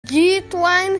deadline